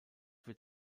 wird